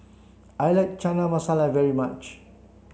I like Chana Masala very much